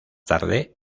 tarde